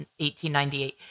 1898